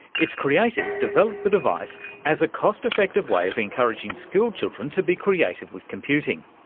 its creators developed the device as a cost-effective way of encouraging school children to be creative with computing,